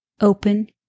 Open